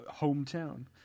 hometown